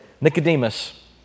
Nicodemus